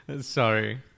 Sorry